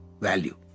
value